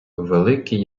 великий